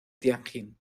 tianjin